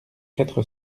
quatre